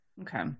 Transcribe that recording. Okay